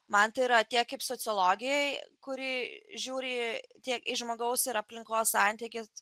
man tai yra tiek kaip sociologei kuri žiūri tiek į žmogaus ir aplinkos santykį